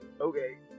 Okay